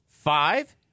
Five